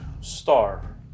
star